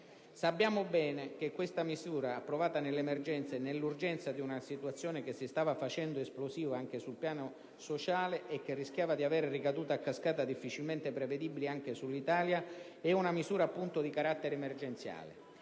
Sappiamo bene che questa misura, approvata nell'emergenza e nell'urgenza di una situazione che si stava facendo esplosiva anche sul piano sociale, e che rischiava di avere ricadute a cascata difficilmente prevedibili anche sull'Italia, è appunto di carattere emergenziale: